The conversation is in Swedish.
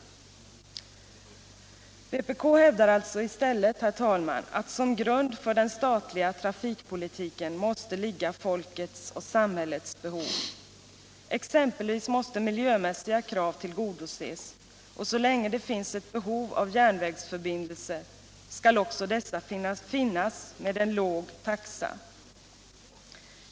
Vpk hävdar alltså i stället, herr talman, att till grund för den statliga trafikpolitiken måste ligga folkets och samhällets behov. Exempelvis måste miljömässiga krav tillgodoses, och så länge det finns ett behov av järnvägsförbindelser skall sådana finnas med en låg taxa.